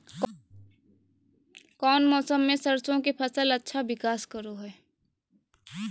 कौन मौसम मैं सरसों के फसल अच्छा विकास करो हय?